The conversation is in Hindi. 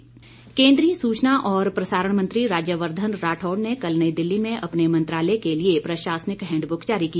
राज्यवर्धन राठौड केंद्रीय सूचना और प्रसारण मंत्री राज्यवर्धन राठौड़ ने कल नई दिल्ली में अपने मंत्रालय के लिए प्रशासनिक हैंडबुक जारी की